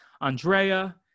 Andrea